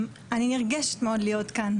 אני נרגשת מאוד להיות כאן.